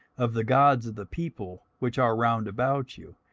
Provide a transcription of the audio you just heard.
of the gods of the people which are round about you,